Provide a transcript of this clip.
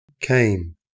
came